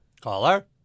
Caller